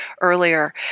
earlier